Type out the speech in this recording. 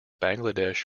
bangladesh